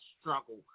struggle